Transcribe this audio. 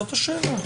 זאת השאלה.